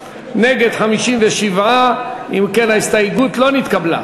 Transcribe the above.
נגד, 57. אם כן, ההסתייגות לא נתקבלה.